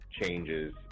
changes